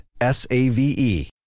S-A-V-E